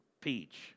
peach